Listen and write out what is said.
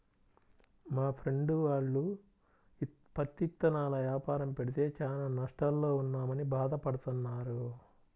మా ఫ్రెండు వాళ్ళు పత్తి ఇత్తనాల యాపారం పెడితే చానా నష్టాల్లో ఉన్నామని భాధ పడతన్నారు